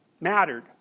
mattered